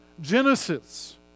Genesis